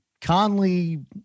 Conley